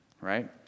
right